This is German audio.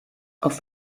auf